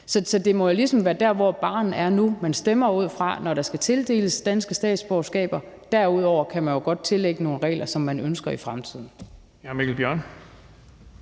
Så det må jo ligesom være der, hvor barren er nu, man stemmer ud fra, når der skal tildeles danske statsborgerskaber. Derudover kan man jo godt lægge nogle regler, som man ønsker i fremtiden, til.